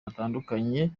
batandukanye